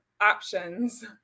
options